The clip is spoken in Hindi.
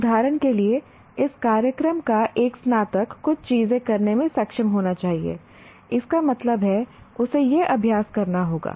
उदाहरण के लिए इस कार्यक्रम का एक स्नातक कुछ चीजें करने में सक्षम होना चाहिए इसका मतलब है उसे यह अभ्यास करना होगा